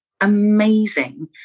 amazing